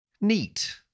neat